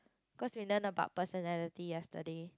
cause we learn about personality yesterday